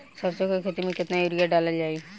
सरसों के खेती में केतना यूरिया डालल जाई?